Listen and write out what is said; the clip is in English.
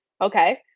okay